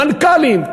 מנכ"לים,